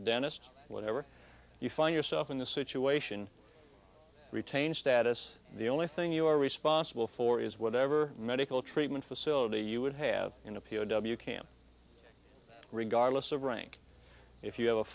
or whatever you find yourself in the situation retain status the only thing you are responsible for is whatever medical treatment facility you would have in a p o w camp regardless of rank if you have a